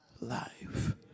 life